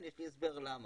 יש לי הסבר למה,